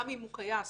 גם אם הוא קיים,